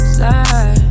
slide